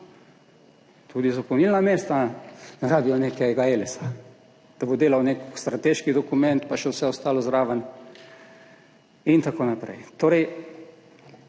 tudi za polnilna mesta ne rabijo nekega Elesa, da bo delal nek strateški dokument, pa še vse ostalo zraven in tako naprej.